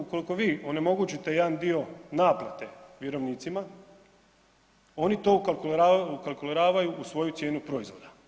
Ukoliko vi onemogućite jedan dio naplate vjerovnicima, oni to ukalkuliravaju u svoju cijenu proizvoda.